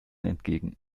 entgegen